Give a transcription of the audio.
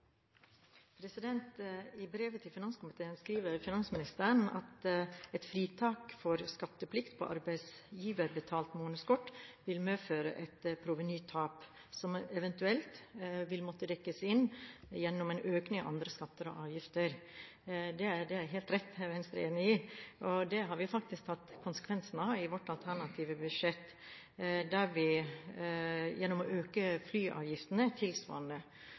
I brevet til finanskomiteen skriver finansministeren at et fritak for skatteplikt på arbeidsgiverbetalt månedskort vil «medføre et provenytap, som eventuelt vil måtte dekkes inn gjennom økning av andre skatter og avgifter». Det er helt rett, og det er Venstre enig i. Det har vi faktisk tatt konsekvensen av i vårt alternative budsjett, der vi øker flyavgiftene tilsvarende.